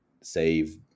save